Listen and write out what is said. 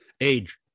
Age